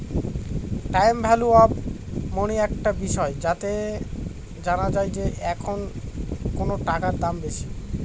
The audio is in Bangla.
টাইম ভ্যালু অফ মনি একটা বিষয় যাতে জানা যায় যে এখন কোনো টাকার দাম বেশি